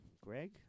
Greg